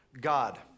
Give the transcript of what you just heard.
God